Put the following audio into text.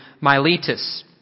Miletus